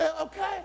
okay